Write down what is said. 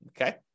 Okay